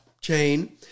chain